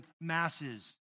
masses